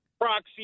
proxy